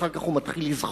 אחר כך הוא מתחיל לזחול,